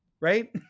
right